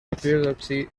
epilepsy